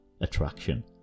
attraction